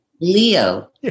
Leo